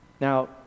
Now